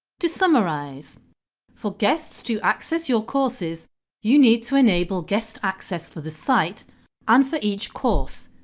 to summarise for guests to access your courses you need to enable guest access for the site and for each course.